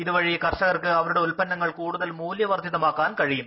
ഇതുവഴി കർഷകർക്ക് അവരുടെ ഉൽപ്പന്നങ്ങൾ കൂടുതൽ മൂല്യവർധിത മാക്കാൻ കഴിയും